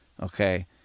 okay